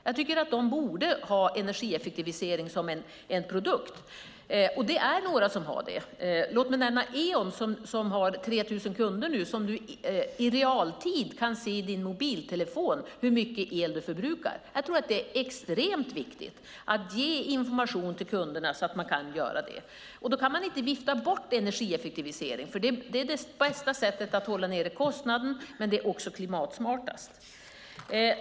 Jag tycker att de borde ha energieffektivisering som en produkt, och det är några som har det. Låt mig nämna EON som nu har 3 000 kunder som i realtid kan se i sina mobiltelefoner hur mycket el de förbrukar. Jag tror att det är extremt viktigt att ge information till kunderna så att de kan se det. Då kan man inte vifta bort energieffektivisering, för det är det bästa sättet att hålla nere kostnaden, men det är också klimatsmartast.